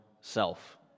self